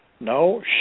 No